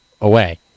away